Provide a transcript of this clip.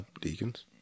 Deacons